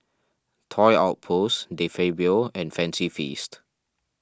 Toy Outpost De Fabio and Fancy Feast